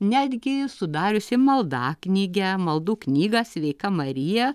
netgi sudariusi maldaknygę maldų knygą sveika marija